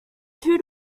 two